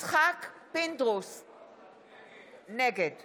בוועדת הפנים והגנת הסביבה.